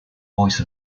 voice